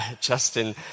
Justin